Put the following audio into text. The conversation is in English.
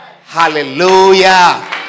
Hallelujah